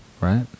Right